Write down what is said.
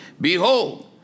behold